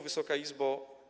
Wysoka Izbo!